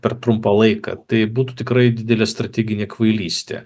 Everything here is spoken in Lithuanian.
per trumpą laiką tai būtų tikrai didelė strateginė kvailystė